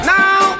now